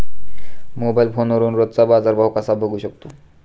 Mobile फोनवरून रोजचा बाजारभाव कसा बघू शकतो?